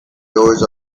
doors